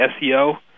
SEO